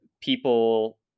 people